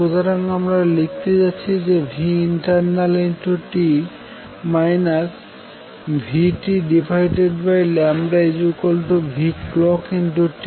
সুতরাং আমরা লিখতে যাচ্ছি যে internalt vt clockt